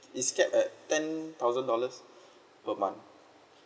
it's capped at ten thousand dollars per month